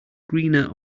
greener